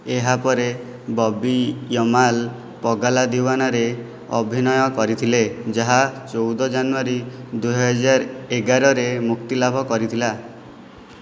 ଏହାପରେ ବବି ୟମାଲ ପଗଲା ଦିୱାନାରେ ଅଭିନୟ କରିଥିଲେ ଯାହା ଚଉଦ ଜାନୁଆରୀ ଦୁଇ ହଜାର ଏଗାରରେ ମୁକ୍ତିଲାଭ କରିଥିଲା